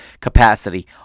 capacity